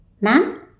Ma'am